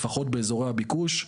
לפחות באזורי הביקוש,